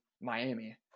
Miami